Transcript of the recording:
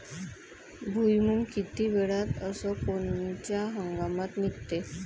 भुईमुंग किती वेळात अस कोनच्या हंगामात निगते?